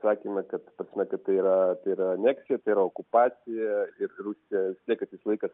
sakėme kaip ta prasme kad tai yra yra aneskija tai yra okupacija ir rusija vis tiek laikas